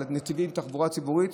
על נתיבי תחבורה ציבורית,